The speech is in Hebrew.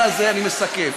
אני מסכם.